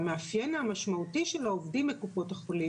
המאפיין המשמעותי של העובדים בקופות החולים,